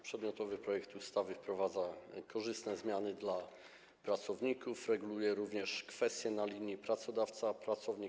Przedmiotowy projekt ustawy wprowadza korzystne zmiany dla pracowników, reguluje również kwestie na linii pracodawca - pracownik.